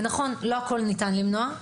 נכון, לא הכול ניתן למנוע.